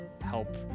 help